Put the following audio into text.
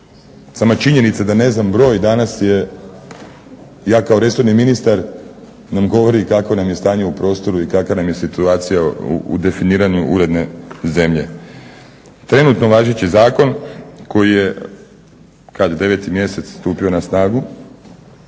sama činjenica da ne znam broj danas je ja kao resorni ministar nam govori kakvo nam je stanje u prostoru i kakva nam je situacija u definiranju uredne zemlje. Trenutno važeći zakon koji je kad 9. mjesec stupio na snagu,